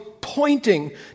pointing